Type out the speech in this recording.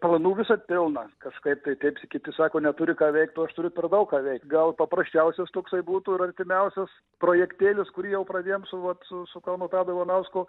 planų visad pilna kažkaip tai kaip kiti sako neturi ką veikt aš turiu per daug ką veikt gal paprasčiausias toksai būtų artimiausias projektėlis kurį jau pradėjom su kauno tado ivanausko